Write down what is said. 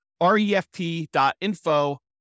refp.info